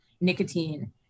nicotine